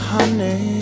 Honey